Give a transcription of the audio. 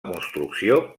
construcció